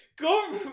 Go